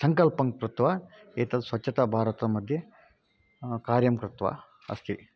सङ्कल्पं कृत्वा एतत् स्वच्छता भारतं मध्ये कार्यं कृत्वा अस्ति